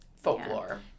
Folklore